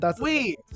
Wait